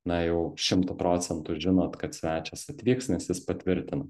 na jau šimtu procentų žinot kad svečias atvyks nes jis patvirtina